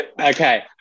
Okay